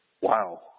wow